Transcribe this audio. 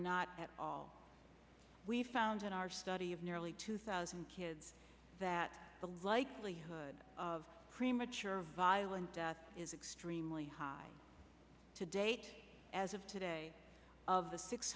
not at all we found in our study of nearly two thousand kids that the likelihood of premature violent death is extremely high today as of today of the six